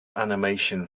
animation